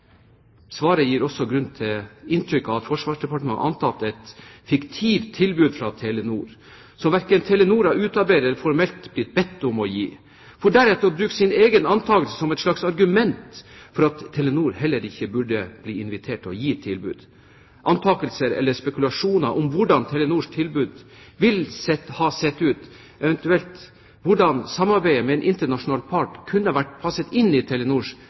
Svaret gir også inntrykk av at Forsvarsdepartementet har antatt et «fiktivt» tilbud fra Telenor, som verken Telenor har utarbeidet eller formelt blitt bedt om å gi, for deretter å bruke sin egen antakelse som et slags argument for at Telenor heller ikke burde bli invitert til å gi tilbud. Antakelser eller spekulasjoner om hvordan Telenors tilbud ville sett ut, eventuelt hvordan samarbeidet med en internasjonal part kunne vært passet inn i Telenors